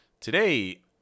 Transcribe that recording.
today